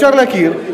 אפשר להכיר,